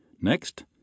Next